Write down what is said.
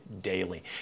daily